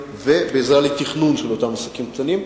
ועזרה לתכנון של אותם עסקים קטנים.